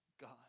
God